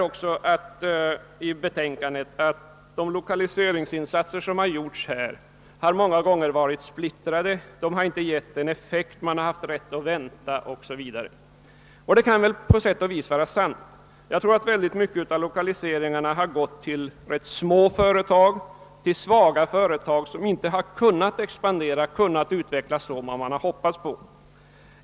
I utskottsutlåtandet framhålls också att de lokaliseringsinsatser som gjorts många gånger varit splittrade, inte givit den effekt man haft rätt att vänta o. s. v. Och det kan väl på sätt och vis vara sant. Mycket av lokaliseringarna har gått till rätt små företag, till svaga företag som inte kunnat expandera, inte kunnat utvecklas så som man hoppats på.